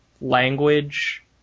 language